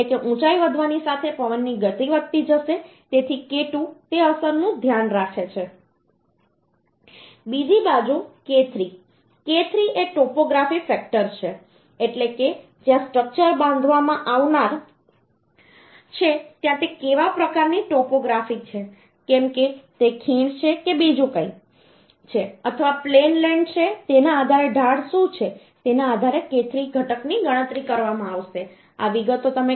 એટલે કે ઊંચાઈ વધવાની સાથે પવનની ગતિ વધતી જશે તેથી k2 તે અસરનું ધ્યાન રાખે છે બીજી બાજુ k3 છે k3 એ ટોપોગ્રાફી ફેક્ટર છે એટલે કે જ્યાં સ્ટ્રક્ચર બાંધવામાં આવનાર છે ત્યાં તે કેવા પ્રકારની ટોપોગ્રાફી છે કે કેમ તે ખીણ છે કે બીજું કંઈ છે અથવા પ્લેન લેન્ડ છે તેના આધારે ઢાળ શું છે તેના આધારે k3 ઘટક ની ગણતરી કરવામાં આવશે આ વિગતો તમે કલમ 5